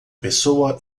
pessoa